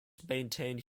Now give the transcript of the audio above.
maintained